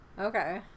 Okay